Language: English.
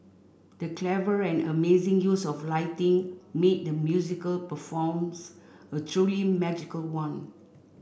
the clever and amazing use of lighting made the musical performs a truly magical one